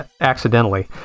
accidentally